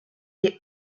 est